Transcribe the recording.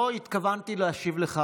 לא התכוונתי להשיב לך,